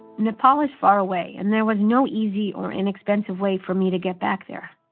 nepal is far away, and there was no easy or inexpensive way for me to get back there.